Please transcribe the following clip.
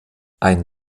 ein